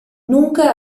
nunca